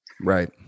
Right